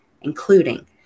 including